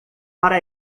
para